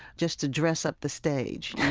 just to dress up the stage, you know,